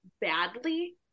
badly